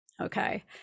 Okay